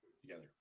together